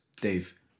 Dave